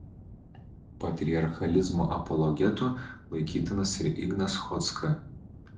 patriarchalizmo apologetu laikytinas ir ignas chodzka